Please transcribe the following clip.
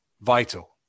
vital